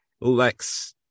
Lex